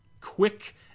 quick